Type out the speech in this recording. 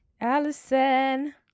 Allison